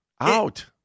Out